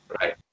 Right